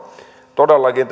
todellakin